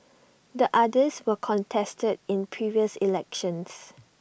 the others were contested in previous elections